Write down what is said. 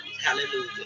Hallelujah